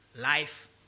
Life